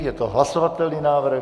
Je to hlasovatelný návrh.